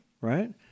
Right